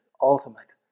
ultimate